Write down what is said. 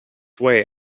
way